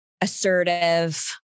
assertive